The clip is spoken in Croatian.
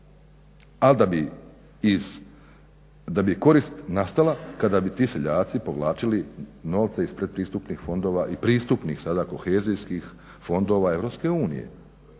Ali da bi korist nastala kada bi ti seljaci povlačili novce iz pretpristupnih fondova i pristupnih sada kohezijskih fondova EU.